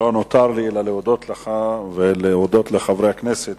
חבר הכנסת